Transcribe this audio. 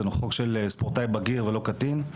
זה חוק של ספורטאי בגיר ולא קטין,